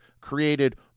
created